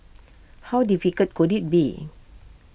how difficult could IT be